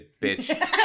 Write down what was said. bitch